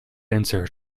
answer